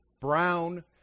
brown